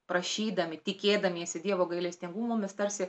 prašydami tikėdamiesi dievo gailestingumo mes tarsi